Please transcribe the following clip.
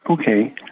Okay